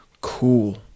Cool